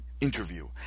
interview